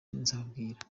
nzababwira